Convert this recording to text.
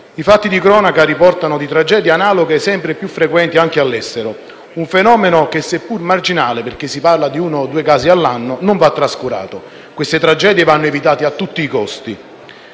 I fatti di cronaca riportano di tragedie analoghe sempre più frequenti anche all'estero; si tratta di un fenomeno che, seppur marginale (si parla di uno o due casi all'anno), non va trascurato. Queste tragedie vanno evitate a tutti i costi.